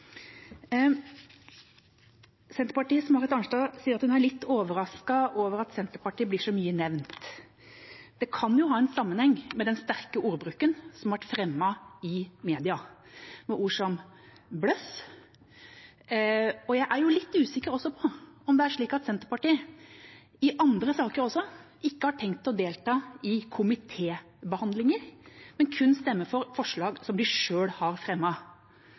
Senterpartiets Marit Arnstad sier at hun er litt overrasket over at Senterpartiet blir så mye nevnt. Det kan jo ha en sammenheng med den sterke ordbruken som har vært fremmet i media, med ord som «bløff». Jeg er litt usikker på om det er slik at Senterpartiet også i andre saker ikke har tenkt å delta i komitébehandlinger, men kun stemme for forslag som de selv har